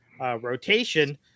rotation